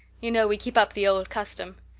you know we keep up the old custom.